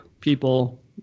people